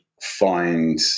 find